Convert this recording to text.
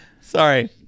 Sorry